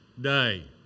day